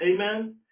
Amen